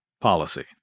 policy